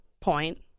point